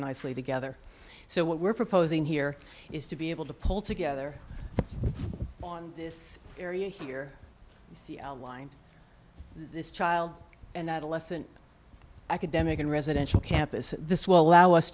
nicely together so what we're proposing here is to be able to pull together on this area here line this child and adolescent academic and residential campus this will allow us